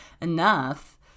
enough